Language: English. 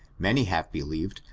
many have believed,